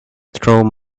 through